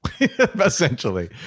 essentially